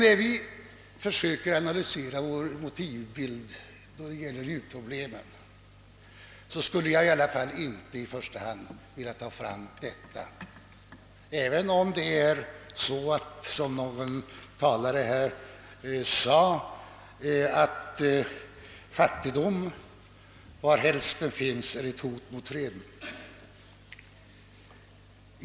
När vi försöker analysera vår motivbild då det gäller u-landsproblemen, skulle jag emellertid inte i första hand vilja anföra detta, även om — som någon talare här sade — fattigdomen varhelst den finns är ett hot mot freden.